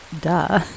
Duh